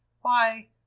Why